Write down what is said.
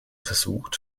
versucht